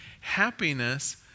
Happiness